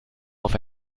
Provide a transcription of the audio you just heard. auf